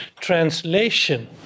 translation